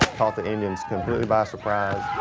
caught the indians completely by surprise.